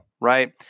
right